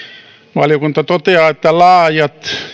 valiokunta toteaa että laajat